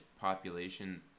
population